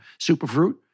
Superfruit